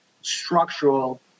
structural